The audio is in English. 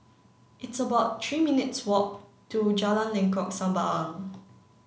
it's about three minutes' walk to Jalan Lengkok Sembawang